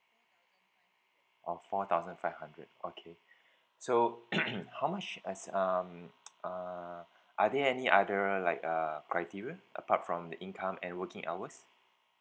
oh four thousand five hundred okay so how much as um uh are there any other like uh criteria apart from the income and working hours